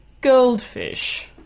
goldfish